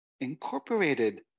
incorporated